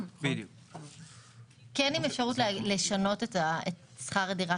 עם אפשרות לשנות את שכר הדירה,